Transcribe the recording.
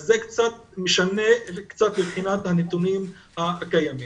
זה קצת משנה מבחינת הנתונים הקיימים.